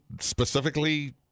specifically